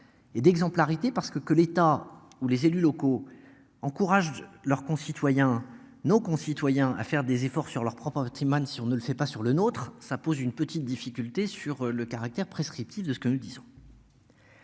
et d'exemplarité parce que que l'état ou les élus locaux encouragent leurs concitoyens nos concitoyens à faire des efforts sur leurs propres Timone si on ne le fait pas sur le nôtre, ça pose une petite difficulté sur le caractère prescriptif de ce que nous disons.